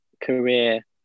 career